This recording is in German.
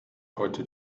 heute